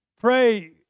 pray